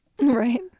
right